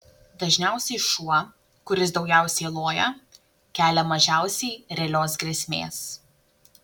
dažniausiai šuo kuris daugiausiai loja kelia mažiausiai realios grėsmės